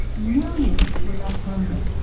millions were left homeless,